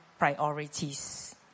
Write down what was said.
priorities